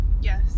yes